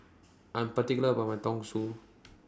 I'm particular about My